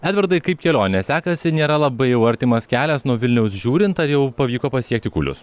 edvardai kaip kelionė sekasi nėra labai jau artimas kelias nuo vilniaus žiūrint ar jau pavyko pasiekti kulius